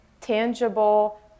tangible